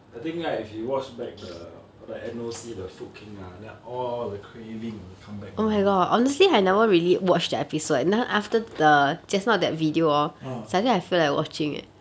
I think right if you watch back the all the N_O_C the food king ah then all the craving will come back one ah